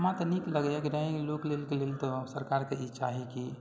हमरा तऽ नीक लगइए ग्रामिण लोकके लेल तऽ सरकारके ई चाही कि